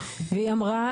היא אמרה